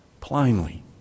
plainly